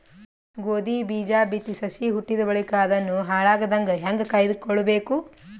ಗೋಧಿ ಬೀಜ ಬಿತ್ತಿ ಸಸಿ ಹುಟ್ಟಿದ ಬಳಿಕ ಅದನ್ನು ಹಾಳಾಗದಂಗ ಹೇಂಗ ಕಾಯ್ದುಕೊಳಬೇಕು?